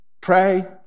pray